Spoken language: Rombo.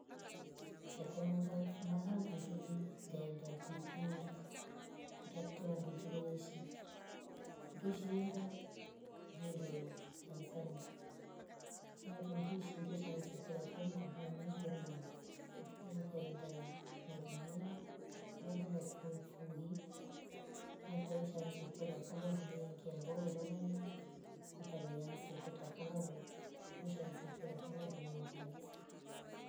Shangafuma handungili ngaenda ngndu kuangi kutatre vandu ngivaishi ngendakanisa. faadaro ngiishi ngeansa ikolya fo vandu vengi ngevamanya ngaveansa itetre navo.